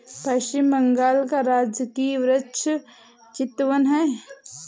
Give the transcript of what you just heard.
पश्चिम बंगाल का राजकीय वृक्ष चितवन है